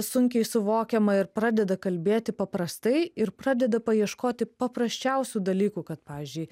sunkiai suvokiama ir pradeda kalbėti paprastai ir pradeda paieškoti paprasčiausių dalykų kad pavyzdžiui